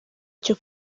cyo